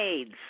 AIDS